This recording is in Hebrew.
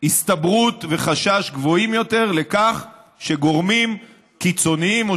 הסתברות וחשש גבוהים יותר לכך שגורמים קיצוניים או